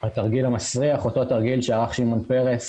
ה"תרגיל המסריח" שעשה שמעון פרס